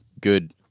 good